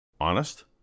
Honest